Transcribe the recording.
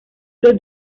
los